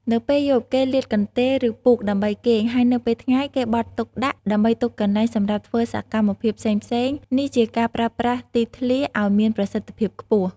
នៅពេលយប់ គេលាតកន្ទេល ឬពូកដើម្បីគេង ហើយនៅពេលថ្ងៃ គេបត់ទុកដាក់ដើម្បីទុកកន្លែងសម្រាប់ធ្វើសកម្មភាពផ្សេងៗ នេះជាការប្រើប្រាស់ទីធ្លាឱ្យមានប្រសិទ្ធភាពខ្ពស់។។